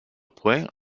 points